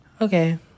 Okay